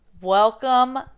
Welcome